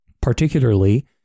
particularly